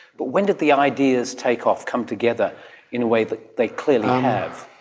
but when did the ideas take off, come together in a way that they clearly have?